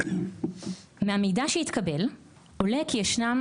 מהמידע שהתקבל עולה כי ישנם